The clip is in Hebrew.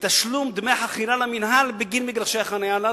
מתשלום דמי חכירה למינהל בגין מגרשי החנייה הללו.